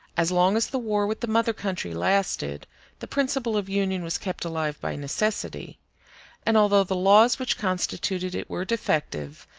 as long as the war with the mother-country lasted the principle of union was kept alive by necessity and although the laws which constituted it were defective,